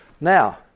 now